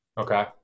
Okay